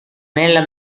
nella